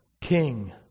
king